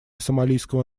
сомалийского